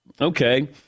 Okay